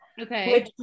Okay